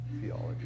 theology